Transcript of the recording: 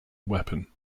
weapon